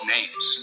Names